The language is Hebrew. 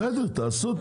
בסדר, תעשו.